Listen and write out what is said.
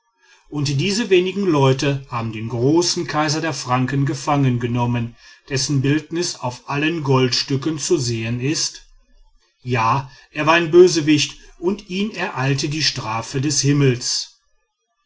und diese wenigen leute haben den großen kaiser der franken gefangengenommen dessen bildnis auf allen goldstücken zu sehen ist ja er war ein bösewicht und ihn ereilte die strafe des himmels